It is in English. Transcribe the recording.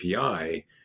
API